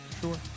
Sure